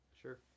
Sure